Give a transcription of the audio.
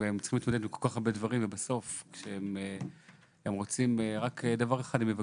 הם צריכים להתמודד עם הרבה דברים אבל בעצם הם מבקשים רק דבר אחד,